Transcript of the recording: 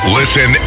listen